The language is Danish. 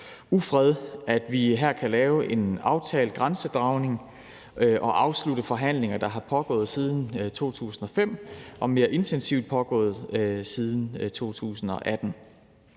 ufred, at vi her kan lave en aftale om grænsedragning og afslutte forhandlinger, der har pågået siden 2005 og mere intensivt pågået siden 2018.